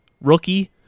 rookie